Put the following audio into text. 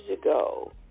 ago